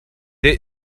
der